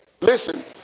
Listen